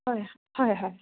হয় হয় হয়